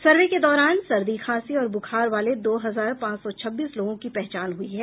सर्वे के दौरान सर्दी खांसी और ब्रखार वाले दो हजार पांच सौ छब्बीस लोगों की पहचान हुई है